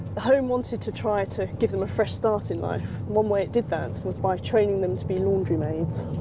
home wanted to try to give them a fresh start in life, and one way it did that was by training them to be laundry maids.